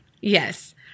Yes